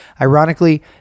ironically